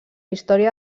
història